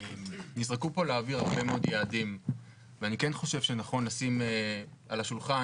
נזרקו פה לאוויר הרבה מאוד יעדים ואני כן חושב שנכון לשים על השולחן